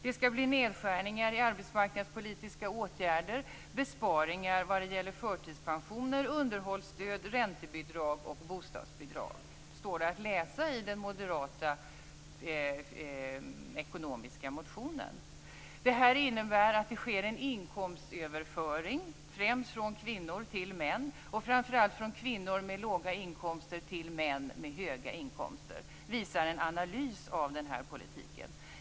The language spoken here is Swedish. Det skall bli nedskärningar när det gäller arbetsmarknadspolitiska åtgärder och besparingar när det gäller förtidspensioner, underhållsstöd, räntebidrag och bostadsbidrag. Det står att läsa i den moderata ekonomiska motionen. Det här innebär att det sker en inkomstöverföring, främst från kvinnor till män och framför allt från kvinnor med låga inkomster till män med höga inkomster. Det visar en analys av den här politiken.